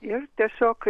ir tiesiog